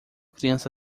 criança